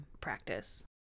practice